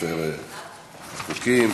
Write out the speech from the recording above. לספר החוקים.